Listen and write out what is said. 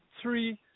three